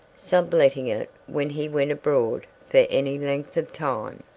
subletting it when he went abroad for any length of time.